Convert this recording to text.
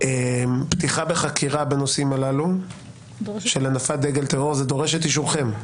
פתיחה בחקירה בנושאים הללו של הנפת דגל טרור דורש את אישורכם?